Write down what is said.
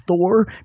thor